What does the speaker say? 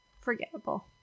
Forgettable